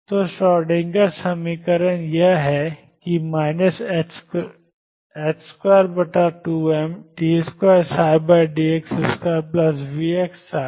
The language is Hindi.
तो श्रोडिंगर समीकरण यह है कि 22md2dx2VψEψ के लिए 0 और l के बीच